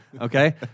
okay